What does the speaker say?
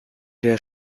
der